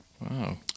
wow